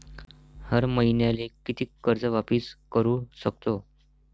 हर मईन्याले कितीक कर्ज वापिस करू सकतो?